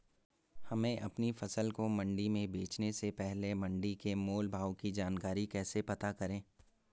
हमें अपनी फसल को मंडी में बेचने से पहले मंडी के मोल भाव की जानकारी कैसे पता करें?